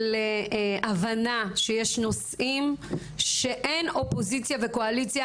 של הבנה שיש נושאים שאין אופוזיציה או קואליציה